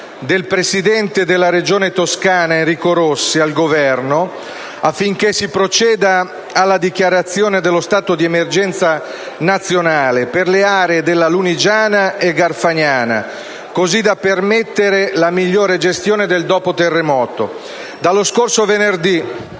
del presidente della Regione Toscana Enrico Rossi al Governo affinché si proceda alla dichiarazione dello stato di emergenza nazionale per le aree della Lunigiana e Garfagnana, così da permettere la migliore gestione del dopo terremoto. *(Brusìo).*